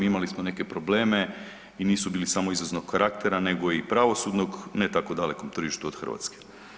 Imali smo neke probleme i nisu bili samo izvoznog karaktera, nego i pravosudnog, ne tako dalekom tržištu od Hrvatske.